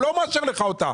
הוא לא מאשר לך אותה.